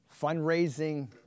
Fundraising